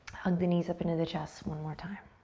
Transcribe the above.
hug the knees up into the chest one more time.